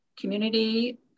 community